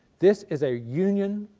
this is a union,